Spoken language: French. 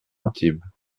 antibes